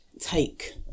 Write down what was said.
take